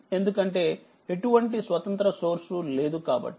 ఎందుకంటే ఎటువంటి స్వతంత్ర సోర్స్ లేదు కాబట్టి